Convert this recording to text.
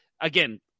Again